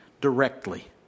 directly